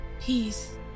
peace